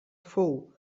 fou